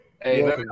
Hey